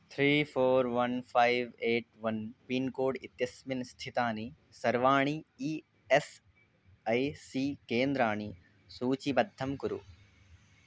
three four one five eight one pin code इत्यस्मिन् स्थितानि सर्वाणि ई एस् ऐ सी केन्द्राणि सूचीबद्धं कुरु